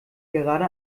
gerade